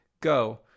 Go